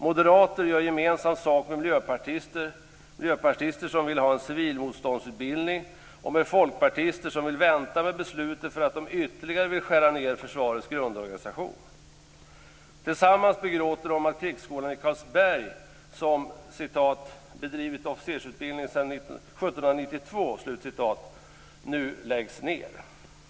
Moderater gör gemensam sak med miljöpartister, som vill ha en civilmotståndsutbildning, och med folkpartister, som vill vänta med beslutet för att de ytterligare vill skära ned försvarets grundorganisation. Tillsammans begråter de att Krigsskolan i Karlberg som "bedrivit officersutbildning sedan 1792" nu läggs ned.